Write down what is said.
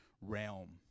realm